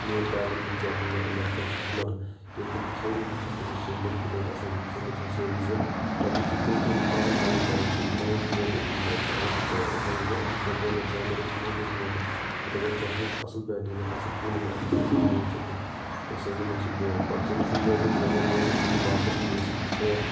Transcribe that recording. میٛٲنۍ ٹیلِنٹ کیٛاہ چھِ مےٚ اَنٛدر کیٛاہ چھُ ہُنَر ییٚلہِ تِم سٲرِی وُچَھان تٔمِس تِم بٔڑۍ پٕلیر آسن تِم وُچَھن سٲرِی زٕ پَتہٕ حظ چھِ تِم چھِ أمِس پانے آلو کران تہٕ دِوان چھِس موقعہٕ أکِس میچَس اَگر ژےٚ ہوتھ یا أکِس یا دۄن یا ترؠن میچن دمہوے ژےٚ أسۍ موقعہٕ تتہِ اَگر ژےٚ ہووُتھ اَصٕل بیٹِنٛگ یا اَصٕل بولِنٛگ یا اَصٕل اِنٛنگ ہٲوٕتھ تَتہِ أسۍ حظ نمہوتھ ژٕ بونٛٹھ پتہٕ چھِ أمس یِم موقعہٕ دِوان یا موقعہٕ دِنہٕ باپتھ چھِ أمِس گژھان پتہٕ کٲم